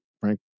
Frank